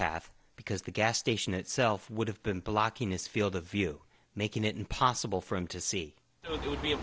path because the gas station itself would have been blocking his field of view making it impossible for him to see it would be